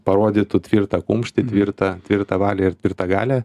parodytų tvirtą kumštį tvirtą tvirtą valią ir tvirtagalę